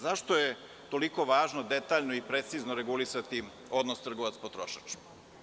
Zašto je toliko važno detaljno i precizno regulisati odnos trgovac-potrošač?